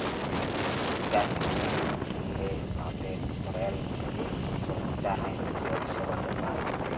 বিদ্যাশি জিলিস কিললে তাতে ফরেল একসচ্যানেজ পরিসেবাতে পায়